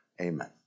Amen